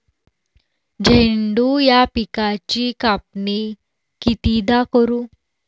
झेंडू या पिकाची कापनी कितीदा करू?